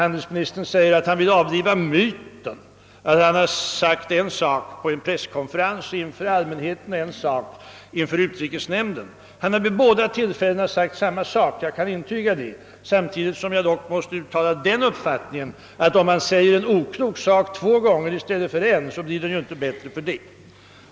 Handelsministern säger att han vill avliva myten att han sagt en sak på en presskonferens inför allmänheten och en annan sak inför utrikesnämnden. Handelsministern har vid båda tillfällena sagt samma sak — jag kan intyga det men måste samtidigt framhålla, att om man säger en oklok sak två gånger i stället för en, så blir den inte bättre för det.